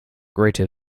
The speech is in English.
greater